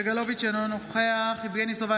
יואב סגלוביץ' אינו נוכח יבגני סובה,